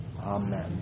Amen